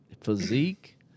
physique